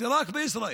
זה רק בישראל,